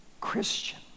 Christian